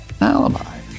alibi